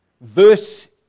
verse